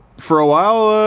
for a while. ah